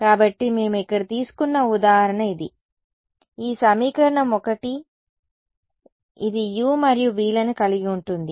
కాబట్టి మేము ఇక్కడ తీసుకున్న ఉదాహరణ ఇది ఈ సమీకరణం 1 ఇది u మరియు vలను కలిగి ఉంటుంది